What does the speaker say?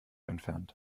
entfernt